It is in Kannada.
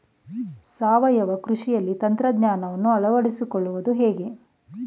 ಸಾವಯವ ಕೃಷಿಯಲ್ಲಿ ತಂತ್ರಜ್ಞಾನವನ್ನು ಅಳವಡಿಸಿಕೊಳ್ಳುವುದು ಹೇಗೆ?